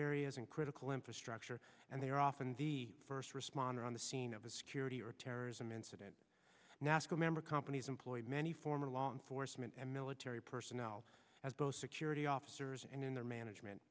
areas and critical infrastructure and they are often the first responder on the scene of a security or terrorism incident nasco member companies employ many former law enforcement and military personnel as those security officers and in their management